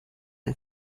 ein